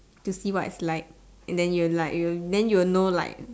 to see what's it like and then you'll like and then you'll know like